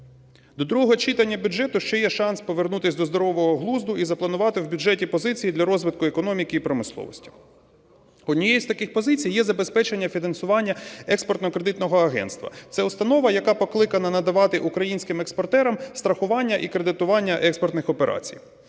До другого читання бюджету ще є шанс повернутися до здорового глузду і запланувати в бюджеті позиції для розвитку економіки і промисловості. Однією з таких позицій є забезпечення фінансування Експортно-кредитного агентства. Це установа, яка покликана надавати українським експортерам страхування і кредитування експортних операцій.